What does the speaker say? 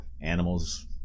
animals